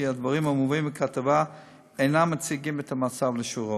הדברים המובאים בכתבה אינם מציגים את המצב לאשורו.